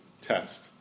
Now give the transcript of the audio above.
test